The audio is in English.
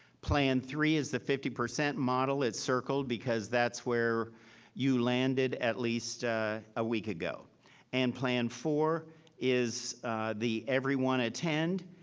plan three is the fifty percent model, it's circled because that's where you landed at least a week ago and plan four is the everyone attend.